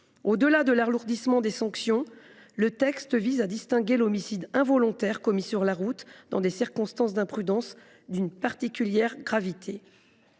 Au delà de l’alourdissement des sanctions, le texte vise à distinguer de l’homicide involontaire celui qui est commis sur la route dans des circonstances d’imprudence d’une particulière gravité.